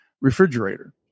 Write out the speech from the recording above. refrigerator